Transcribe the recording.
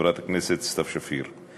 חברת הכנסת סתיו שפיר,